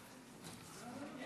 נתתי